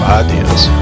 ideas